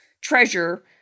Treasure